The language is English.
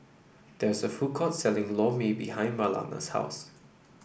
there is a food court selling Lor Mee behind Marlana's house